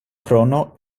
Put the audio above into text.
krono